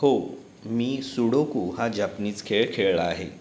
हो मी सुडोकू हा जापनीज खेळ खेळला आहे